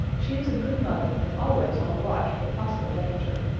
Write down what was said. she is a good mother and always on the watch for possible danger.